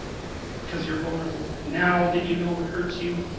because you're vulnerable now that you know what hurts you